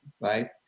right